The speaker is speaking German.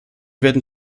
werden